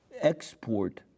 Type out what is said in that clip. export